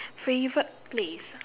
favourite place